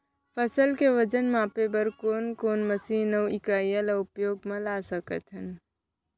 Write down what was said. फसल के वजन मापे बर कोन कोन मशीन अऊ इकाइयां ला उपयोग मा ला सकथन?